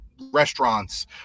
restaurants